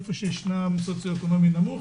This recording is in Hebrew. היכן שיש מצב סוציו-אקונומי נכון,